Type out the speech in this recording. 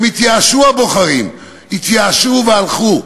הם התייאשו, הבוחרים, התייאשו והלכו.